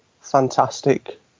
fantastic